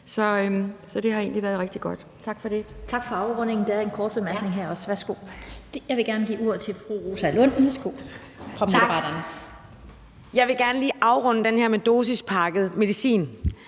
så det har egentlig været rigtig godt. Tak for det.